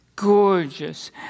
Gorgeous